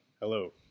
Hello